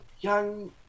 young